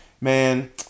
man